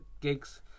gigs